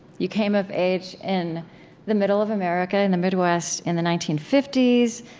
you came of age in the middle of america, in the midwest, in the nineteen fifty s.